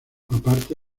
aparte